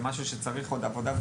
זה משהו שצריך עוד עבודה.